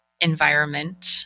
environment